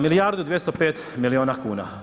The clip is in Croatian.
Milijardu 205 miliona kuna.